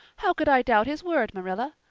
how could i doubt his word, marilla?